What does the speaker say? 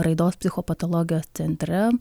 raidos psichopatologijos centre